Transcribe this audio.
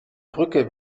brücke